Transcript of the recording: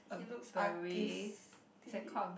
he looks artisty